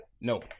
No